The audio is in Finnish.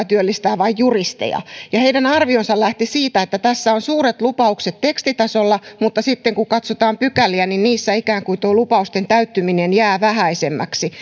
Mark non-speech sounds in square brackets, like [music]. [unintelligible] työllistää vain juristeja heidän arvionsa lähti siitä että tässä on suuret lupaukset tekstitasolla mutta sitten kun katsotaan pykäliä niin niissä ikään kuin tuo lupausten täyttyminen jää vähäisemmäksi [unintelligible]